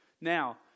Now